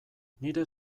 nire